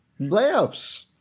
Layups